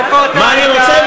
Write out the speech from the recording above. מה אני רוצה?